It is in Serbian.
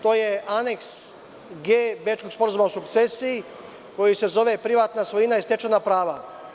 To je Aneks „G“ Bečkog sporazuma o sukcesiji koji se zove „Privatna svojina i stečena prava“